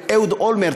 ואהוד אולמרט,